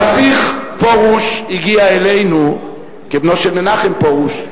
הנסיך פרוש הגיע אלינו, כבנו של מנחם פרוש,